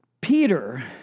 Peter